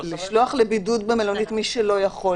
לשלוח לבידוד במלונית מי שלא יכול,